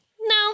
No